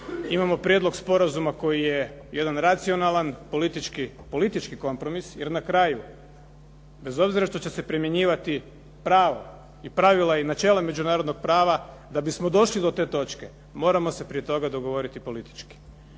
imamo prijedlog sporazuma koji je jedan racionalan politički kompromis, jer na kraju bez obzira što će se primjenjivati pravo i pravila i načela međunarodnog prava, da bismo došli do te točke moramo se prije toga dogovoriti politički.